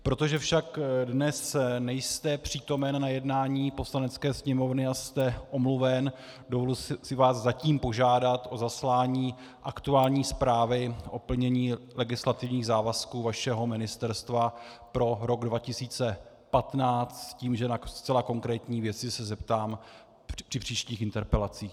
Protože však dnes nejste přítomen na jednání Poslanecké sněmovny a jste omluven, dovoluji si vás zatím požádat o zaslání aktuální zprávy o plnění legislativních závazků vašeho ministerstva pro rok 2015 s tím, že na zcela konkrétní věci se zeptám při příštích interpelacích.